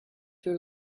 your